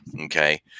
Okay